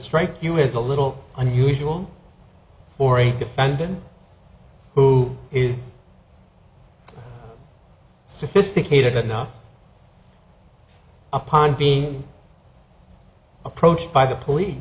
strike you as a little unusual for a defendant who is sophisticated enough upon being approached by the police